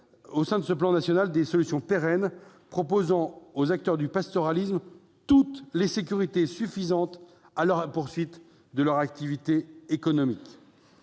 au sein du plan national évoqué, des solutions pérennes offrant aux acteurs du pastoralisme toutes les sécurités nécessaires à la poursuite de leur activité économique.